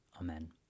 Amen